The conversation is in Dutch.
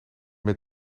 met